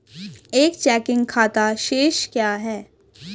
एक चेकिंग खाता शेष क्या है?